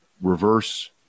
reverse